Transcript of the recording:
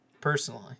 personally